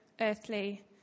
earthly